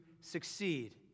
succeed